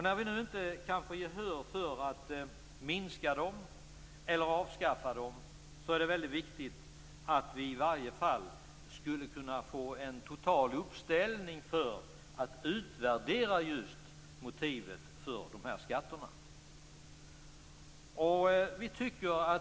När vi inte kan få gehör för att minska eller avskaffa dem är det väldigt viktigt att vi får en total uppställning för att man skall utvärdera motivet för dessa skatter.